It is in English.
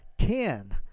Ten